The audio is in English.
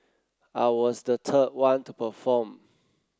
I was the third one to perform